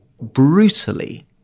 brutally